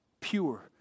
pure